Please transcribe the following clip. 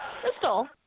Crystal